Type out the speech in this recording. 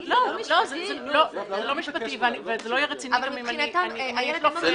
זה לא משפטי וזה לא יהיה רציני אם אני אשלוף משהו.